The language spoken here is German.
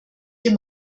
dem